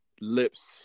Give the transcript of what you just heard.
lips